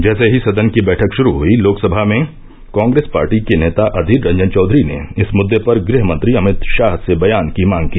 जैसे ही सदन की बैठक शुरू हई लोकसभा में कांग्रेस पार्टी के नेता अधीर रंजन चौधरी ने इस मुद्दे पर गृहमंत्री अमित शाह से बयान की मांग की